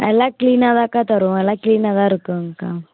எல்லாம் க்ளீனாக தான்க்கா தருவோம் எல்லாம் க்ளீனாக தான் இருக்குங்கக்கா